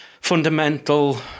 fundamental